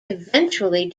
eventually